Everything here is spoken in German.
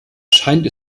scheint